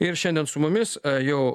ir šiandien su mumis jau